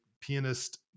pianist